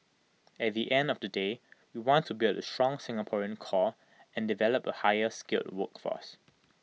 at the end of the day we want to build A strong Singaporean core and develop A higher skilled workforce